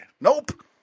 Nope